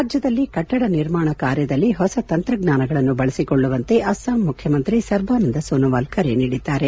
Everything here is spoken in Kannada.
ರಾಜ್ಲದಲ್ಲಿ ಕಟ್ಟಡ ನಿರ್ಮಾಣ ಕಾರ್ಯದಲ್ಲಿ ಹೊಸ ತಂತ್ರಜ್ಞಾನಗಳನ್ನು ಬಳಸಿಕೊಳ್ಳುವಂತೆ ಅಸ್ವಾಂ ಮುಖ್ಯಮಂತ್ರಿ ಸರ್ಬಾನಂದ್ ಸೋನೊವಾಲ್ ಕರೆ ನೀಡಿದ್ದಾರೆ